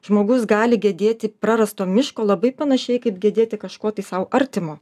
žmogus gali gedėti prarasto miško labai panašiai kaip gedėti kažko tai sau artimo